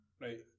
Right